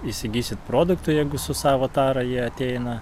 įsigysit produktų jeigu su savo tara jie ateina